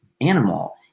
animal